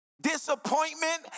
Disappointment